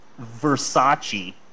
Versace